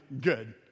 good